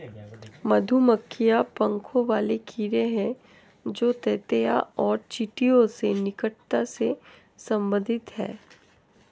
मधुमक्खियां पंखों वाले कीड़े हैं जो ततैया और चींटियों से निकटता से संबंधित हैं